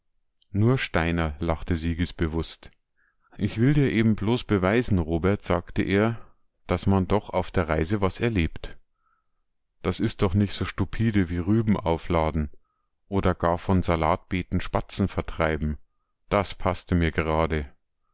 nur steiner lachte siegesbewußt ich will dir eben bloß beweisen robert sagte er daß man doch auf der reise was erlebt das is doch nich so stupide wie rübenaufladen oder gar von salatbeeten spatzen vertreiben das paßte mir gerade